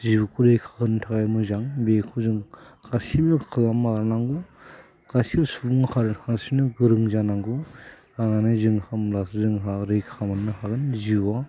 जिउखौ रैखा खालामनो थाखाय मोजां बेखौ जों गासैबो खालामना लानांगौ गासैबो सुबुं सानस्रिनो गोरों जानांगौ लानानै जों होमब्लासो जोंहा रैखा मोननो हागोन जिउआव